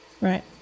right